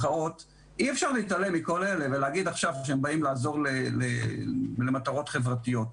אי אפשר להתעלם מכל אלה ולהגיד שעכשיו הם באים לעזור למטרות חברתיות.